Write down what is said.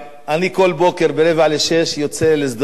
אני כל בוקר ב-05:45 יוצא לשדות-ים,